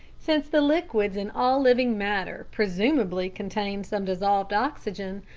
since the liquids in all living matter presumably contain some dissolved oxygen,